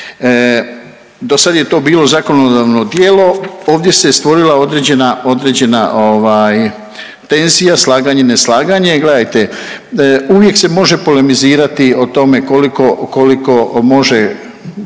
Do sad je to bilo zakonodavno tijelo, ovdje se stvorila određena tenzija slaganje, neslaganje. Gledajte, uvijek se može polemizirati o tome koliko može